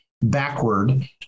backward